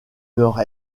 nord